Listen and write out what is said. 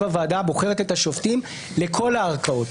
הוועדה הבוחרת את השופטים לכל הערכאות,